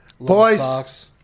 Boys